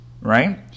right